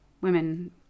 women